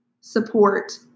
support